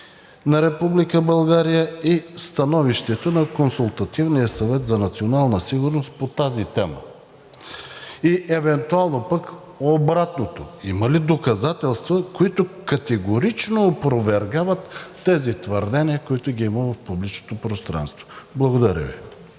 България и становището на Консултативния съвет за национална сигурност по тази тема? И евентуално пък обратното – има ли доказателства, които категорично опровергават тези твърдения, които ги има в публичното пространство? Благодаря Ви.